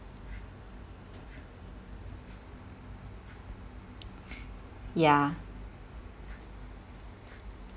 ya